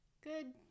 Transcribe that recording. Good